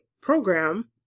program